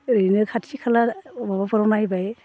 ओरैनो खाथि खाला माबाफोराव नायबाय